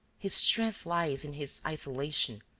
his strength lies in his isolation.